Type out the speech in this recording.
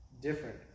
different